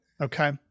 Okay